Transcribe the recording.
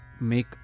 make